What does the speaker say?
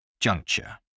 Juncture